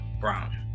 Brown